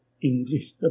English